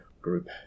group